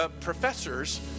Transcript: professors